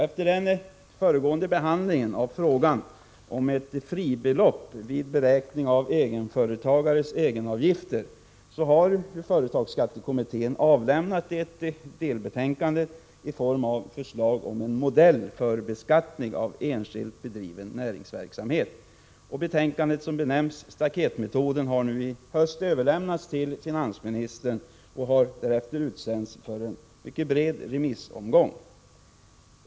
Efter den föregående behandlingen av frågan om ett fribelopp vid beräkning av egenföretagares egenavgifter har företagsskattekommittén avlämnat ett delbetänkande i form av ett förslag om en modell för beskattning av enskilt bedriven näringsverksamhet. Betänkandet, med den modell som benämns staketmetoden, har nu i höst överlämnats till finansministern och därefter utsänts för en bred remissomgång.